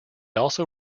also